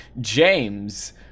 James